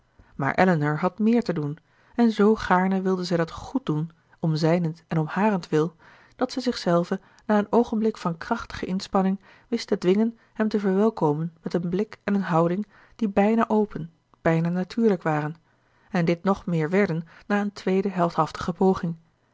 maar elinor had méér te doen en z gaarne wilde zij dat goed doen om zijnent en om harentwil dat zij zichzelve na een oogenblik van krachtige inspanning wist te dwingen hem te verwelkomen met een blik en een houding die bijna open bijna natuurlijk waren en dit nog meer werden na een tweede heldhaftige poging